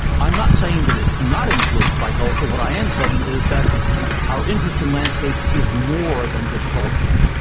i'm not saying that it's not influenced by culture what i am saying is that our interest in landscapes is more than just cultural.